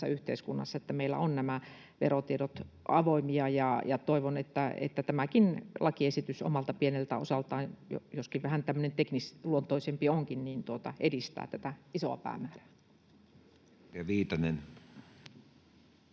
yhteiskunnassa, että meillä ovat nämä verotiedot avoimia, ja toivon, että tämäkin lakiesitys omalta pieneltä osaltaan, joskin vähän teknisluontoisempi onkin, edistää tätä isoa päämäärää.